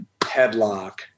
headlock